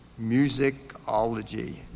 musicology